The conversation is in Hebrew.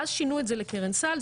ואז שינו את זה לקרן סל,